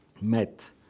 met